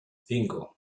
cinco